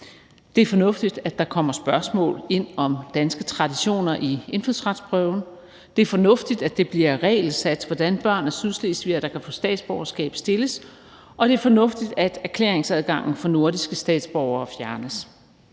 Det er fornuftigt, at der kommer spørgsmål om danske traditioner ind i indfødsretsprøven; det er fornuftigt, at det bliver regelsat, hvordan børn af sydslesvigere, der kan få statsborgerskab, stilles; og det er fornuftigt, at erklæringsadgangen for nordiske statsborgere fjernes.